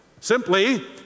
simply